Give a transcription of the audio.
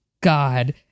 God